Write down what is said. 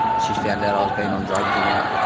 she found out i was being on drugs and that,